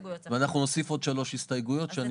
ואנחנו נוסיף עוד שלוש הסתייגויות שאני אתן לך אותן.